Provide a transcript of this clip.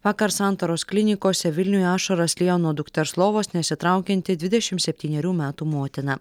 vakar santaros klinikose vilniuj ašaras liejo nuo dukters lovos nesitraukianti dvidešim septynerių metų motina